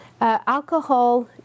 alcohol